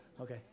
Okay